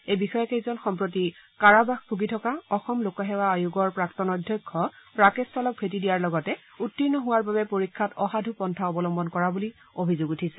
এই বিষয়াকেইজন সম্প্ৰতি কাৰাবাস ভূগি থকা অসম লোকসেৱা আয়োগৰ প্ৰাক্তন অধ্যক্ষ ৰাকেশ পালক ভেটি দিয়াৰ লগতে উত্তীৰ্ণ হোৱাৰ বাবে পৰীক্ষাত অসাধু পন্থা অৱলম্বন কৰা বুলি অভিযোগ উঠিছে